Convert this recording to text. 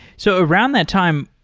so around that time,